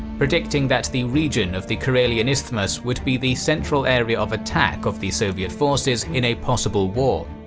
predicting that the region of the karelian isthmus would be the central area of attack of the soviet forces in a possible war.